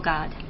God